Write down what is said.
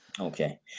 okay